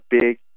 big